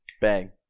Bang